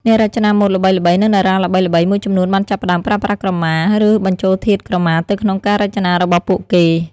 អ្នករចនាម៉ូដល្បីៗ និងតារាល្បីៗមួយចំនួនបានចាប់ផ្តើមប្រើប្រាស់ក្រមា ឬបញ្ចូលធាតុក្រមាទៅក្នុងការរចនារបស់ពួកគេ។